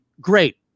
Great